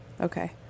okay